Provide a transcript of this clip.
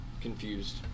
confused